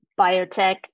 biotech